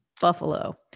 Buffalo